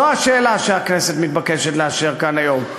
זו השאלה שהכנסת מתבקשת לאשר כאן היום,